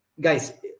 guys